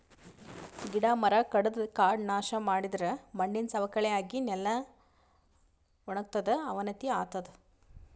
ಗಿಡ ಮರ ಕಡದು ಕಾಡ್ ನಾಶ್ ಮಾಡಿದರೆ ಮಣ್ಣಿನ್ ಸವಕಳಿ ಆಗಿ ನೆಲ ವಣಗತದ್ ಅವನತಿ ಆತದ್